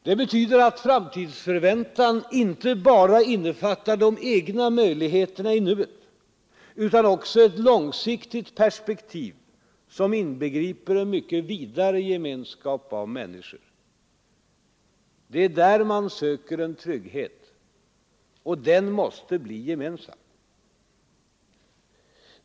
Det betyder att framtidsförväntan inte bara innefattar de egna möjligheterna i huet utan också ett långsiktigt perspektiv som inbegriper en mycket vidare gemenskap av människor. Det är där man söker en trygghet, och den måste bli gemensam.